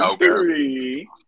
three